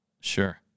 Sure